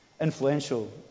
influential